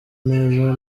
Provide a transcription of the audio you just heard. neza